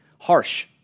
Harsh